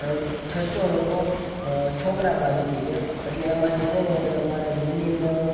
છસ્સો લોકો છોકરા બાજુથી છે એટલે એમાંથી છે ને તમારે મિનિમમ